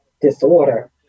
disorder